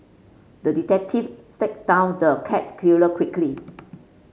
the detective stack down the cat killer quickly